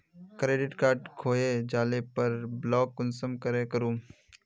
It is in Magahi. क्रेडिट कार्ड खोये जाले पर ब्लॉक कुंसम करे करूम?